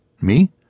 Me